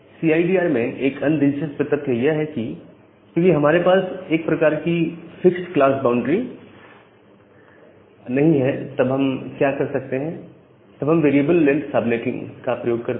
CIDR में एक अन्य दिलचस्प तथ्य यह है कि क्योंकि हमारे पास इस प्रकार की फिक्स्ड क्लास बाउंड्री नहीं है तब हम क्या कर सकते हैं तब हम वेरिएबल लेंथ सबनेटिंग का प्रयोग कर सकते हैं